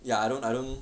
ya I don't I don't